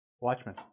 Watchmen